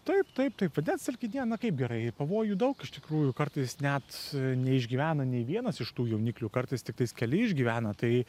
taip taip taip vandens telkinyje na kaip gerai pavojų daug iš tikrųjų kartais net neišgyvena nei vienas iš tų jauniklių kartais tiktais keli išgyvena tai